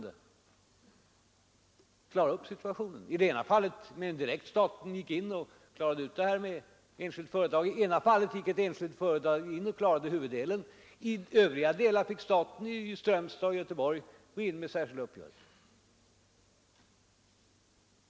I det ena fallet gick staten direkt in och klarade upp saken i sambarbete med enskilt näringsliv. I det andra fallet gick ett enskilt företag in och klarade upp huvuddelen, men i övriga delar, som gällde Strömstad och Göteborg, fick staten gå in och träffa särskilda uppgörelser.